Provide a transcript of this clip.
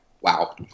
wow